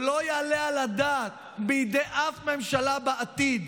שלא יעלה על הדעת בידי אף ממשלה בעתיד